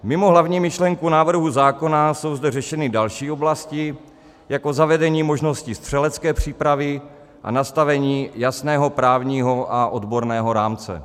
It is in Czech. Mimo hlavní myšlenku návrhu zákona jsou zde řešeny další oblasti, jako zavedení možnosti střelecké přípravy a nastavení jasného právního a odborného rámce.